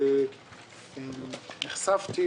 נחשפתי,